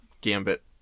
Gambit